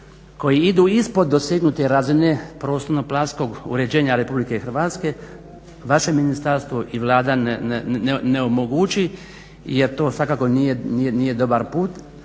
koji idu ispod dosegnute razine prostorno planskog uređenja RH vaše ministarstvo i Vlada ne onemogući jer to svakako nije dobar put.